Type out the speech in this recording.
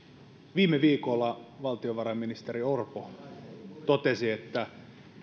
viime viikolla valtiovarainministeri orpo totesi että